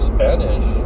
Spanish